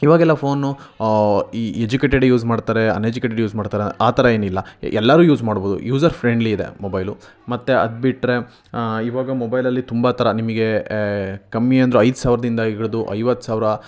ಇವಾಗೆಲ್ಲ ಫೋನು ಈ educated use ಮಾಡ್ತಾರೆ ಅನ್ಎಜುಕೇಟೆಡ್ ಯೂಸ್ ಮಾಡ್ತಾರ ಆ ಥರ ಏನಿಲ್ಲ ಎಲ್ಲರೂ ಯೂಸ್ ಮಾಡಬಹುದು ಯೂಸರ್ ಫ್ರೆಂಡ್ಲಿ ಇದೆ ಮೊಬೈಲು ಮತ್ತು ಅದ್ಬಿಟ್ರೆ ಇವಾಗ ಮೊಬೈಲಲ್ಲಿ ತುಂಬ ಥರ ನಿಮಗೆ ಕಮ್ಮಿ ಅಂದರು ಐದು ಸಾವಿರದಿಂದ ಹಿಡಿದು ಐವತ್ತು ಸಾವಿರ